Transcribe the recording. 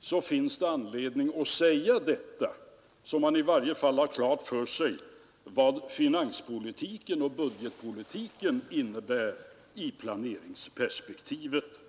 så finns det anledning att säga detta. Man skall i varje fall ha klart för sig vad finanspolitiken och budgetpolitiken innebär i planeringsperspektivet.